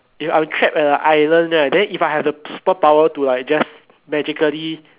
if I am trapped at an island right then if I have the super power to like just magically